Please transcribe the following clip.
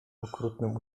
okrutnym